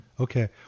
Okay